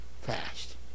fast